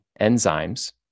enzymes